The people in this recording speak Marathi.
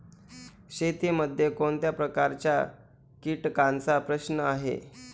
शेतीमध्ये कोणत्या प्रकारच्या कीटकांचा प्रश्न आहे?